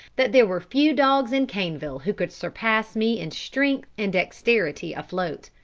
that there were few dogs in caneville who could surpass me in strength and dexterity afloat.